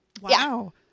Wow